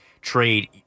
trade